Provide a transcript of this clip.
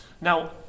Now